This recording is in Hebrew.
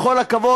עם כל הכבוד,